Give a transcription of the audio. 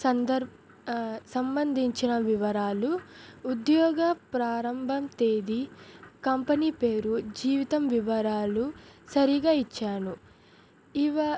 సందర్ సంబంధించిన వివరాలు ఉద్యోగ ప్రారంభం తేదీ కంపెనీ పేరు జీతం వివరాలు సరిగా ఇచ్చాను ఇవా